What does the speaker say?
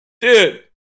Dude